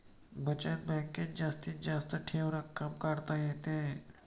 बचत बँकेत जास्तीत जास्त ठेव रक्कम काढता येते